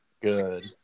good